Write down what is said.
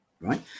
right